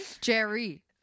Jerry